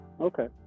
Okay